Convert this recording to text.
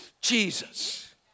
Jesus